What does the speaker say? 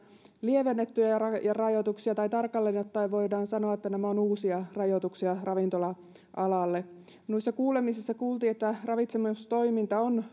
lievennettyjä rajoituksia tai tarkalleen ottaen voidaan sanoa että nämä ovat uusia rajoituksia ravintola alalle noissa kuulemisissa kuultiin että ravitsemustoiminta on